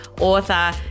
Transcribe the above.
author